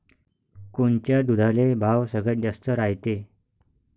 कोनच्या दुधाले भाव सगळ्यात जास्त रायते?